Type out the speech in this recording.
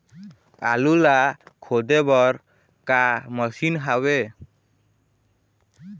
आलू ला खोदे बर का मशीन हावे?